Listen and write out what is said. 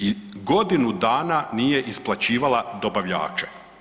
I godinu dana nije isplaćivala dobavljače.